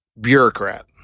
bureaucrat